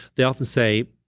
they often say,